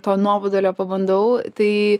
to nuobodulio pabandau tai